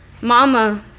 Mama